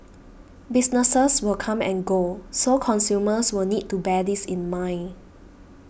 businesses will come and go so consumers will need to bear this in mind